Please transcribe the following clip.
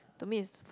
to me is